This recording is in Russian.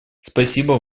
спасибо